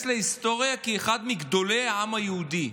להיסטוריה כאחד מגדולי העם היהודי.